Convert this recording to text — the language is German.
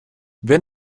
wer